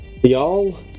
Y'all